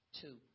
two